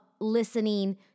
listening